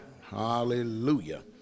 hallelujah